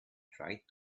tried